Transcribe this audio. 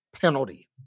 penalty